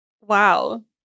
Wow